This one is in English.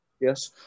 Yes